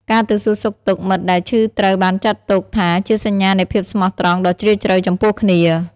ការទៅសួរសុខទុក្ដមិត្តដែលឈឺត្រូវបានចាត់ទុកថាជាសញ្ញានៃភាពស្មោះត្រង់ដ៏ជ្រាលជ្រៅចំពោះគ្នា។